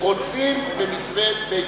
רוצים במתווה בגין.